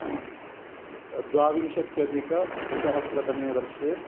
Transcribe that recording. द्वाविंशत्यधिक द्विसहस्रतमे वर्षे